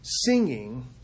Singing